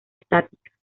estática